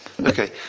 Okay